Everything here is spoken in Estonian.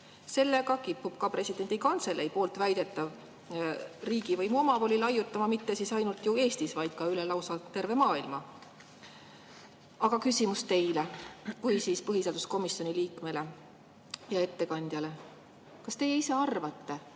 Sellega kipub ka presidendi kantselei poolt väidetav riigivõimu omavoli laiutama mitte ainult Eestis, vaid lausa üle terve maailma. Aga küsimus teile kui põhiseaduskomisjoni liikmele ja ettekandjale: kas teie ise arvate, et